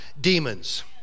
demons